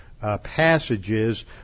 passages